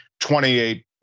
28